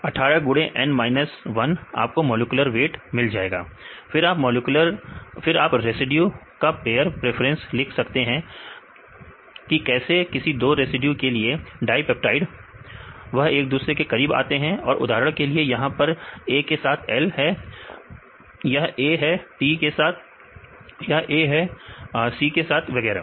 विद्यार्थी माइनस विद्यार्थी 18 गुडे 18 गुडे n माइनस 1 आपको मॉलिक्यूलर वेट मिल जाएगा फिर आप रेसिड्यू का पेयर प्रेफरेंस लिख सकते हैं कैसे किसी दो रेसिड्यू के लिए डाईपेप्टाइड वह एक दूसरे के करीब आते हैं उदाहरण के लिए यहां पर A साथ है L के यह A है T के साथ यह A है C के साथ वगैरह